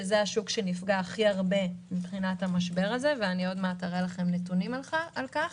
שהוא השוק שנפגע הכי הרבה במשבר הזה ועוד מעט אראה לכם נתונים על כך